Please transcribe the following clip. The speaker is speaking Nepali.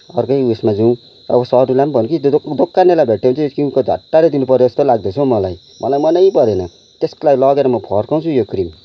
अर्कैको उसमा जाउँ अब होस् अरूलाई पनि भन दोकानीलाई भेटेँ भने चाहिँ यो क्रिमको झट्टारोले दिनु पऱ्यो जस्तो लाग्दैछ मलाई मलाई मनै परेन त्यसलाई लगेर म फर्काउँछु यो क्रिम